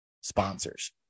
sponsors